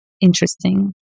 interesting